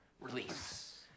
release